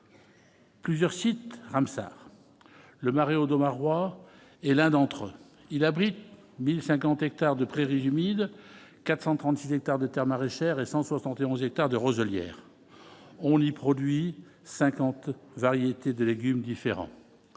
Plusieurs sites Ramsar le marais Audomarois et l'un d'entre eux, il abrite 1050 hectares de prairies humides 436 hectares de Terres maraîchères et 171 hectares de roselières on y produit 50 variétés de légumes différents